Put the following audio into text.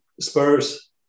Spurs